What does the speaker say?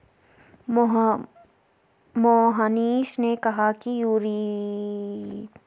मोहनीश ने कहा कि यूरोपीय ज़मानत बॉण्ड बैंकों और ज़मानत कंपनियों द्वारा जारी किए जा सकते हैं